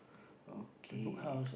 okay